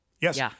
Yes